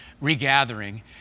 regathering